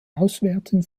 auswerten